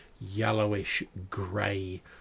yellowish-grey